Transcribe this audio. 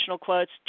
quotes